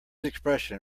expression